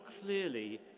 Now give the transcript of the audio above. clearly